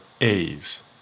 A's